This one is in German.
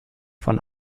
von